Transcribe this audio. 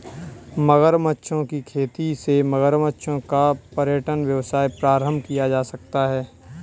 मगरमच्छों की खेती से मगरमच्छों का पर्यटन व्यवसाय प्रारंभ किया जा सकता है